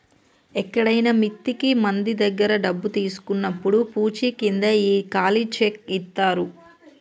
ఎక్కడైనా మిత్తికి మంది దగ్గర డబ్బు తీసుకున్నప్పుడు పూచీకింద ఈ ఖాళీ చెక్ ఇత్తారు